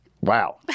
Wow